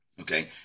Okay